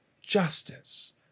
justice